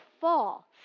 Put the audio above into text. fall